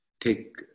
take